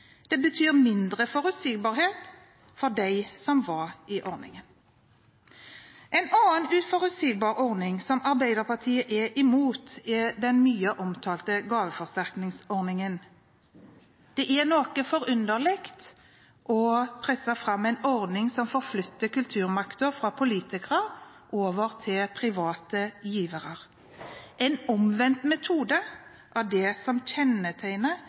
Det betyr mindre forutsigbarhet for dem som var i ordningen. En annen uforutsigbar ordning som Arbeiderpartiet er imot, er den mye omtalte gaveforsterkningsordningen. Det er noe forunderlig å presse fram en ordning som forflytter kulturmakten fra politikere over til private givere. Det er en omvendt metode av det som kjennetegner